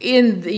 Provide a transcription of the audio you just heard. in the